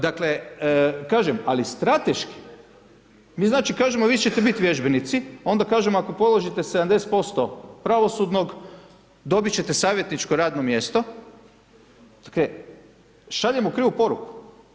Dakle, kažem, ali strateški, mi znači kažemo vi ćete biti vježbenici, onda kažemo ako položite 70% pravosudnog, dobiti ćete savjetničko radno mjesto, ok, šaljemo krivu poruku.